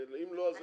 את זה צריך להבהיר.